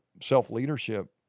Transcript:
self-leadership